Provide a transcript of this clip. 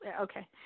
okay